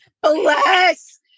bless